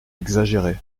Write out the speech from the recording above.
exagéré